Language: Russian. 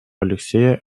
алексея